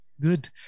Good